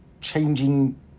changing